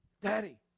daddy